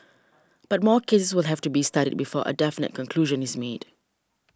but more cases will have to be studied before a definite conclusion is made